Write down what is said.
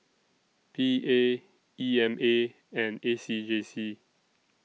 P A E M A and A C J C